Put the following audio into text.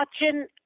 watching